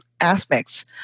aspects